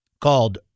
called